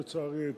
לצערי,